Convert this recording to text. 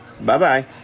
Bye-bye